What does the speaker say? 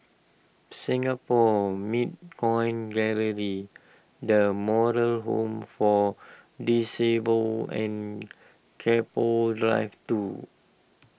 Singapore Mint Coin Gallery the Moral Home for Disabled and Keppel Drive two